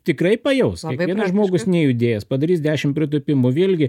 tikrai pajaus kiekvienas žmogus nejudėjęs padarys dešimt pritūpimų vėlgi